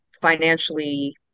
financially